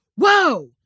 whoa